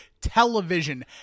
television